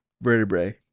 vertebrae